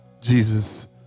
Jesus